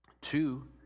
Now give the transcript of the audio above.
two